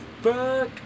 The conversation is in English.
fuck